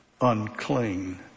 unclean